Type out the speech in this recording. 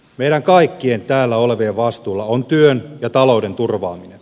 meidän kaikkien täällä olevien vastuulla on työn ja talouden turvaaminen